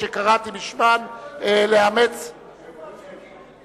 שקראתי בשמן לאמץ, איפה הצ'קים?